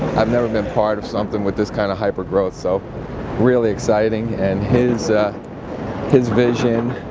i've never been part of something with this kind of hypergrowth so really exciting and his his vision,